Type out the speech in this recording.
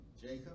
Jacob